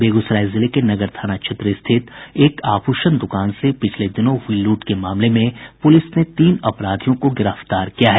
बेगूसराय जिले के नगर थाना क्षेत्र स्थित एक आभूषण दुकान से पिछले दिनों हुई लूट के मामले में पुलिस ने तीन अपराधियों को गिरफ्तार किया है